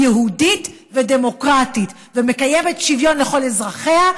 היא יהודית ודמוקרטית ומקיימת שוויון לכל אזרחיה,